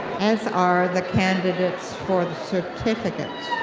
as are the candidates for the certificates.